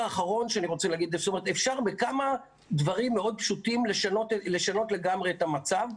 ניתן על ידי כמה דברים מאוד פשוטים לשנות לגמרי את המצב.